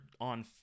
on